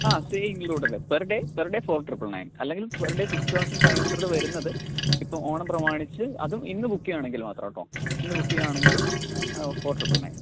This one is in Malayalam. അതെ stay included per day per day four triple nine അല്ലെങ്കിൽ per day six thousand five hundred വരുന്നത് ഇപ്പം ഓണം പ്രമാണിച്ച് അതും ഇന്ന് ബുക്ക് ചെയ്യുവാണെങ്കിൽ മാത്രട്ടൊ ഇന്ന് ബുക്ക് ചെയ്യുവാണെങ്കിൽ ഫോർ ട്രിപ്പിൾ നെയൺ